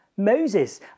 Moses